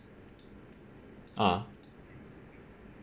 ah